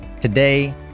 Today